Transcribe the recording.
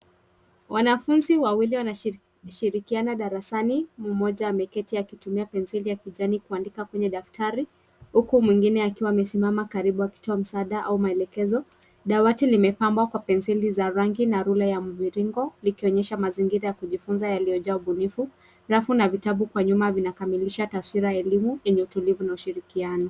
Wanafunzi wawili wanashirikiana darasani huku moja ameketi akitumia penselii kuandika kwenye daftari huku mwingine akiwa amesimama karibu akitoa msaada au maelekezo. Dawati lipambwa kwa penseli za rangi na [c.s]ruler ya mviringo ikionyesha mazingira ya kujifunza iliyojaa